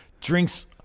drinks